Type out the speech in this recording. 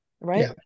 right